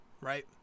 right